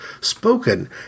spoken